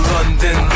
London